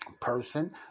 person